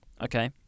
Okay